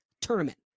tournament